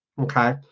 Okay